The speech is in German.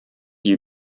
die